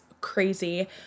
crazy